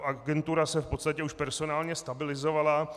Agentura se v podstatě už personálně stabilizovala.